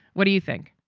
what do you think?